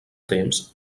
temps